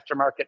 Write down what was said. aftermarket